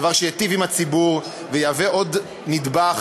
דבר שייטיב עם הציבור ויהיה עוד נדבך